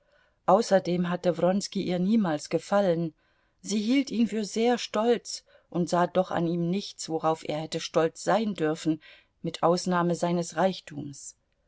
außerdem hatte wronski ihr niemals gefallen sie hielt ihn für sehr stolz und sah doch an ihm nichts worauf er hätte stolz sein dürfen mit ausnahme seines reichtums